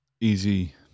easy